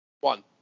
One